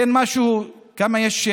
כמה יש,